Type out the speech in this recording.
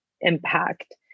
impact